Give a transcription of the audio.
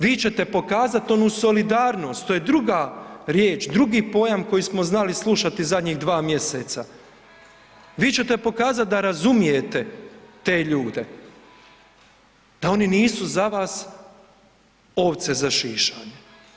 Vi ćete pokazati onu solidarnost, to je druga riječ, drugi pojam koji smo znali slušati zadnjih dva mjeseca, vi ćete pokazati da razumijete te ljude da oni nisu za vas ovce za šišanje.